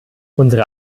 unsere